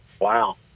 Wow